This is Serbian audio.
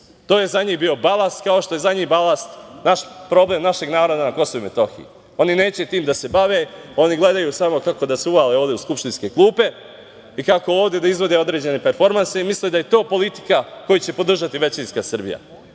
To je za njih bio balast, kao što je za njih balast problem našeg naroda na KiM. Oni neće tim da se bave, oni gledaju samo kako da se uvale ovde u skupštinske klupe i kako ovde da izvode određene performanse i misle da je to politika koju će podržati većinska Srbija. To